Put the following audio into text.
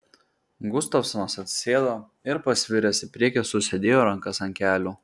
gustavsonas atsisėdo ir pasviręs į priekį susidėjo rankas ant kelių